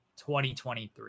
2023